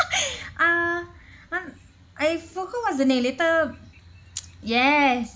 uh I'm I forgot what's the name later yes